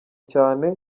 cyane